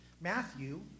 Matthew